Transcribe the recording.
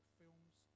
films